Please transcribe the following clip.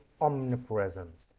omnipresent